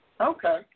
Okay